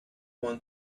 one